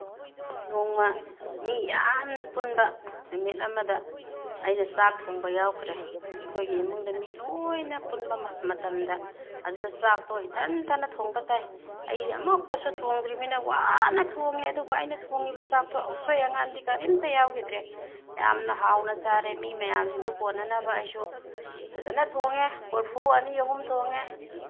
ꯅꯣꯡꯃ ꯃꯤ ꯌꯥꯝꯅ ꯄꯨꯟꯕ ꯅꯨꯃꯤꯠ ꯑꯃꯗ ꯑꯩꯅ ꯆꯥꯛ ꯊꯣꯡꯕ ꯌꯥꯎꯈ꯭ꯔꯦ ꯑꯩꯈꯣꯏꯒꯤ ꯏꯃꯨꯡꯗ ꯃꯤ ꯂꯣꯏꯅ ꯄꯨꯟꯕ ꯃꯇꯝꯗ ꯑꯗꯨꯗ ꯆꯥꯛꯇꯣ ꯏꯊꯟꯇꯅ ꯊꯣꯡ ꯇꯥꯏ ꯑꯩꯗꯤ ꯑꯃꯨꯛꯇꯁꯨ ꯊꯣꯡꯗ꯭ꯔꯤꯕꯅꯤꯅ ꯋꯥꯅ ꯊꯣꯡꯉꯦ ꯑꯗꯨꯕꯨ ꯑꯩꯅ ꯊꯣꯡꯉꯤꯕ ꯆꯥꯛꯇꯨ ꯑꯁꯣꯏ ꯑꯉꯥꯝꯗꯤ ꯀꯔꯤꯝꯇ ꯌꯥꯎꯈꯤꯗ꯭ꯔꯦ ꯌꯥꯝꯅ ꯍꯥꯎꯅ ꯆꯥꯔꯦ ꯃꯤ ꯃꯌꯥꯝꯁꯤꯡꯗꯨ ꯀꯣꯅꯅꯕ ꯑꯩꯁꯨ ꯐꯖꯅ ꯊꯣꯡꯉꯦ ꯀꯣꯔꯐꯨ ꯑꯅꯤ ꯑꯍꯨꯝ ꯊꯣꯡꯉꯦ